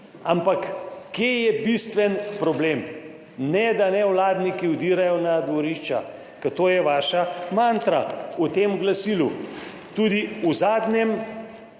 Ampak kje je bistven problem? Ne da nevladniki vdirajo na dvorišča, ker to je vaša mantra v tem glasilu. Tudi v zadnjem